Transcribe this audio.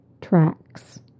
Tracks